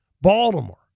Baltimore